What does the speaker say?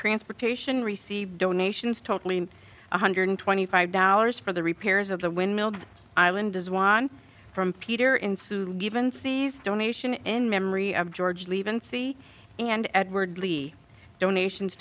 transportation received donations totally one hundred twenty five dollars for the repairs of the windmill island does one from peter ensue given seize donation in memory of george leven c and edward lee donations